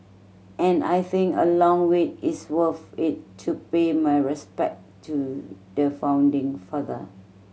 and I think a long wait is worth it to pay my respect to the founding father